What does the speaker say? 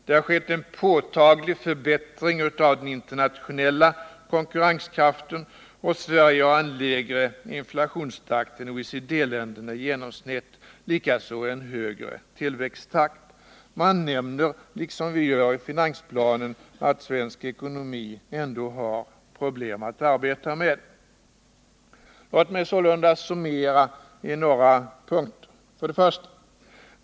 Det har skett en påtaglig förbättring av den internationella konkurrenskraften, och Sverige har en lägre inflationstakt än OECD-länderna i genomsnitt, likaså en högre tillväxttakt. Man nämner, liksom vi gör i finansplanen, att svensk ekonomi ändå har problem att arbeta med. Låt mig sålunda summera i några punkter: 1.